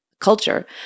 culture